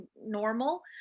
normal